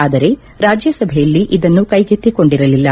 ಆದರೆ ರಾಜ್ಯಸಭೆಯಲ್ಲಿ ಇದನ್ನು ಕ್ಕೆಗೆತ್ತಿಕೊಂಡಿರಲಿಲ್ಲ